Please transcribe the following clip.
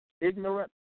ignorant